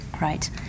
right